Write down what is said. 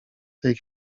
tej